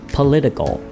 Political